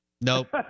Nope